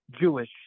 Jewish